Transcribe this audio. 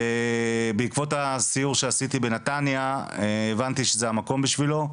ובעקבות הסיור שעשיתי בנתניה הבנתי שזה המקום בשבילו.